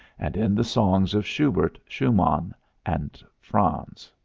and in the songs of schubert, schumann and franz.